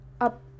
up